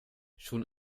schon